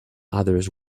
others